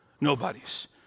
nobodies